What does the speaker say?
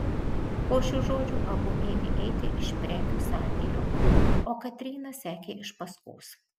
po šių žodžių abu ėmė eiti iš prekių sandėlio o katryna sekė iš paskos